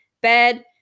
bed